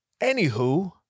anywho